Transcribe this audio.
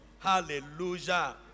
Hallelujah